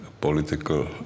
political